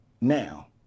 now